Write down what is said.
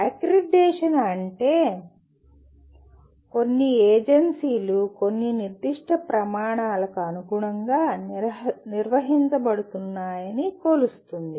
accreditation అంటే కొన్ని agency కొన్ని నిర్దిష్ట ప్రమాణాలకు అనుగుణంగా నిర్వహించబడుతుందని కొలుస్తుంది